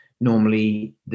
Normally